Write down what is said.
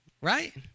Right